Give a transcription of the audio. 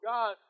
God